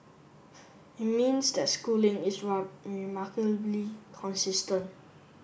it means that Schooling is remarkably consistent